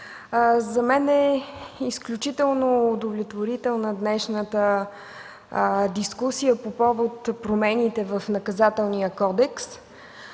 За мен е изключително удовлетворителна днешната дискусия по повод промените в Наказателния кодекс